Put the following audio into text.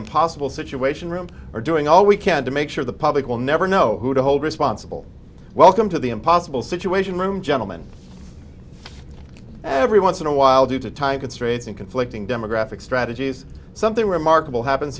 impossible situation room are doing all we can to make sure the public will never know who to hold responsible welcome to the impossible situation room gentlemen every once in a while due to time constraints and conflicting demographic strategies something remarkable happens